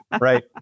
Right